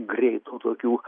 greitų tokių